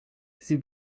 sie